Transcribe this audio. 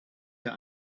der